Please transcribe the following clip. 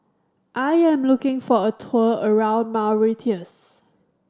I am looking for a tour around Mauritius